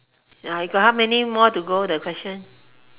ya you got how many more to go the question